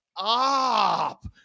up